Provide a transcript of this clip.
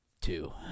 Two